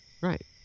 Right